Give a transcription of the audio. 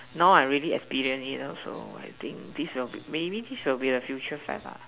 now I really experience it you know so I think maybe this will be the future fat lah